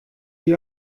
wie